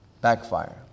Backfire